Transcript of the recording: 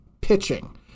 pitching